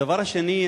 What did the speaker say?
הדבר השני,